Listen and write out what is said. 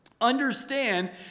understand